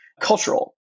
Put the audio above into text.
cultural